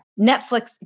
Netflix